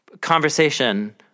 conversation